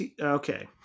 Okay